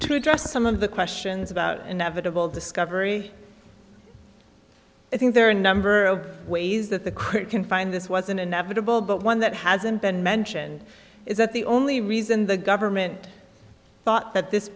to address some of the questions about inevitable discovery i think there are a number of ways that the crew can find this was an inevitable but one that hasn't been mentioned is that the only reason the government thought that this